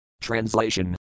Translation